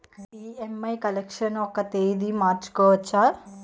EMI collection ఒక తేదీ మార్చుకోవచ్చా?